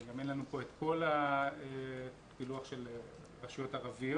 וגם אין לנו את כל הפילוח של רשויות ערביות,